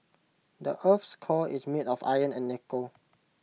the Earth's core is made of iron and nickel